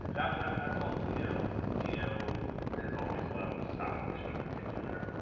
that's all dino. dino has always loved stop-motion, in particular.